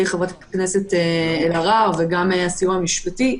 חברת הכנסת אלהרר וגם הסיוע המשפטי.